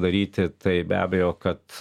daryti tai be abejo kad